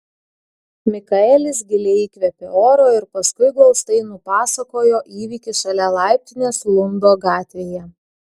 mikaelis giliai įkvėpė oro ir paskui glaustai nupasakojo įvykį šalia laiptinės lundo gatvėje